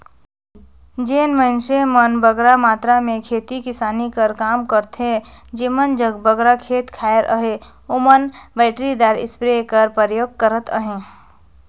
जेन मइनसे मन बगरा मातरा में खेती किसानी कर काम करथे जेमन जग बगरा खेत खाएर अहे ओमन बइटरीदार इस्पेयर कर परयोग करत अहें